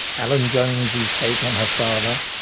alan jones's take on her father,